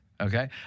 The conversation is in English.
Okay